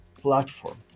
platform